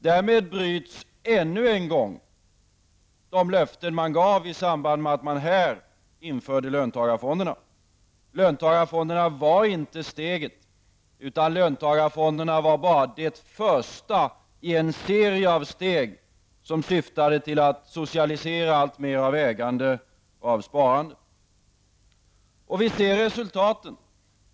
Därmed bryts ännu en gång de löften som man gav i samband med att man här införde löntagarfonderna. Löntagarfonderna var inte steget, utan löntagarfonderna var bara det första i en serie av steg som syftade till att socialisera alltmer av ägande och sparande. Vi ser nu resultateten.